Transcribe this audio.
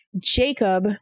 Jacob